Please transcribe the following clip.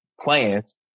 plans